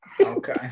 Okay